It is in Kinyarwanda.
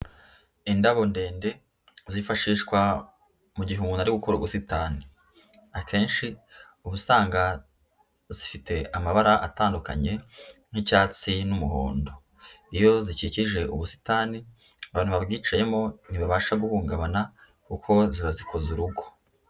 Indabo ndende zifashishwa mu gihe umuntu ari gukora ubusitani, akenshi uba usanga zifite amabara atandukanye nk'icyatsi n'umuhondo, iyo zikikije ubusitani abantu babwicayemo ntibabasha guhungabana kuko ziba zikoze urugo.